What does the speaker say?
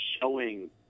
showing